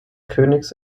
königs